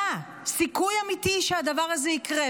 היה סיכוי אמיתי שהדבר הזה יקרה.